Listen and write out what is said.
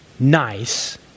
nice